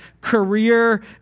career